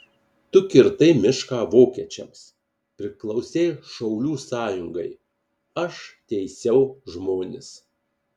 tu kirtai mišką vokiečiams priklausei šaulių sąjungai aš teisiau žmones